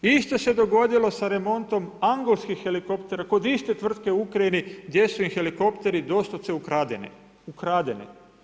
Isto se dogodilo sa remontom angolskih helikoptera kod iste tvrtke u Ukrajini gdje su im helikopteri doslovce ukradeni.